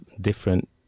different